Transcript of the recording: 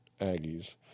Aggies